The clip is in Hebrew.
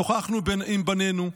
שוחחנו עם בנינו,